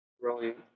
Brilliant